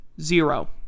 Zero